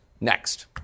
next